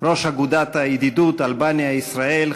ראש אגודת הידידות אלבניה ישראל,